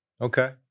Okay